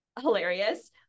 hilarious